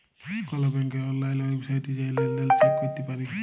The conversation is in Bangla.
কল ব্যাংকের অললাইল ওয়েবসাইটে জাঁয়ে লেলদেল চ্যাক ক্যরতে পারি